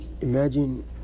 imagine